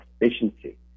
efficiency